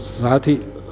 साथ ई